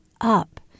up